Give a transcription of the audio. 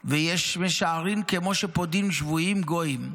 ויש, שמשערין כמו שפודים שבויים גויים.